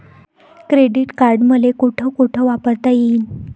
Credit card मले कोठ कोठ वापरता येईन?